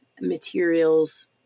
materials